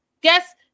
Guess